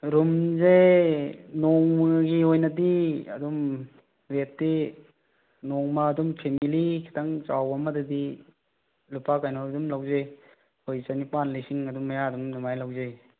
ꯔꯨꯝꯁꯦ ꯅꯣꯡꯃꯒꯤ ꯑꯣꯏꯅꯗꯤ ꯑꯗꯨꯝ ꯔꯦꯠꯇꯤ ꯅꯣꯡꯃ ꯑꯗꯨꯝ ꯐꯦꯃꯦꯂꯤ ꯈꯤꯇꯪ ꯆꯥꯎꯕ ꯑꯃꯗꯗꯤ ꯂꯨꯄꯥ ꯀꯩꯅꯣ ꯑꯗꯨꯝ ꯂꯧꯖꯩ ꯑꯩꯈꯣꯏ ꯆꯅꯤꯄꯥꯟ ꯂꯤꯁꯤꯡ ꯑꯗꯨ ꯃꯌꯥ ꯑꯗꯨꯝ ꯑꯗꯨꯃꯥꯏꯅ ꯂꯧꯖꯩ